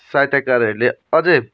साहित्यकारहरूले अझै